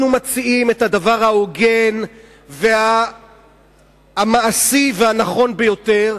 אנחנו מציעים את הדבר ההוגן והמעשי והנכון ביותר,